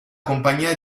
compagnia